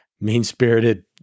mean-spirited